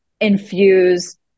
infuse